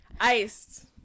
Iced